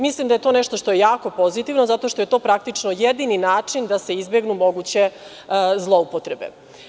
Mislim da je to nešto što je jako pozitivno, zato što je to jedini način da se izbegnu moguće zloupotrebe.